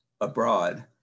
abroad